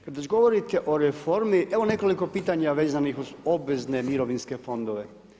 Kada već govorite o reformi, evo nekoliko pitanja vezanih uz obveze mirovinske fondove.